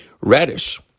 radish